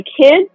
kids